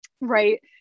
right